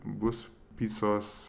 bus picos